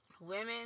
Women